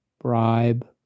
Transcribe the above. bribe